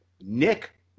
Nick